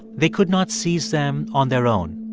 they could not seize them on their own.